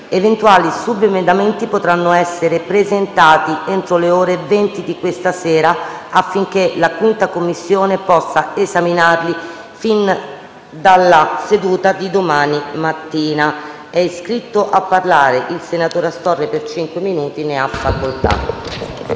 Eventuali subemendamenti potranno essere presentati entro le ore 20 di questa sera, affinché la Commissione bilancio possa esaminarli fin dalla seduta di domani mattina. È iscritto a parlare il senatore Astorre. Ne ha facoltà.